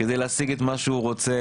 כדי להשיג את מה שהוא רוצה,